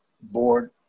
board